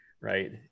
right